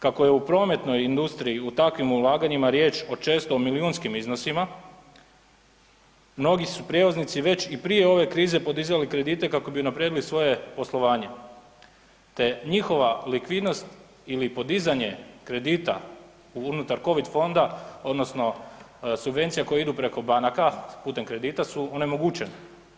Kako je u prometnoj industriji u takvim ulaganjima riječ o često milijunskim iznosima, mnogi su prijevoznici već i prije ove krize podizali kredite kako bi unaprijedili svoje poslovanje te njihova likvidnost ili podizanje kredita unutar covid fonda odnosno subvencija koje idu preko banaka putem kredita su onemogućeni.